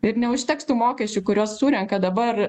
ir neužteks tų mokesčių kuriuos surenka dabar